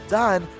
done